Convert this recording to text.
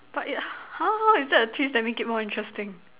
but it !huh! how is that a twist that make it more interesting